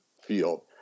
field